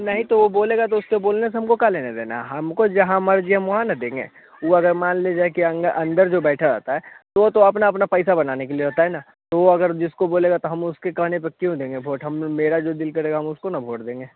नहीं तो वह बोलेगा तो उसके बोलने से हमको क्या लेना देना है हमको जहाँ मर्ज़ी हम वहाँ ना देंगे ऊ अगर मान लिए जाए कि अंगर अंदर जो बैठा रहता है वह तो अपना अपना पैसा बनाने के लिए होता है ना तो वह अगर जिसको बोलेगा तो हम उसके कहने पर क्यों देंगे वोट हम जो मेरा जो दिल करेगा हम उसको ना वोट देंगे